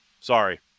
Sorry